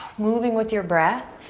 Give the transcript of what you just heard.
moving with your breath.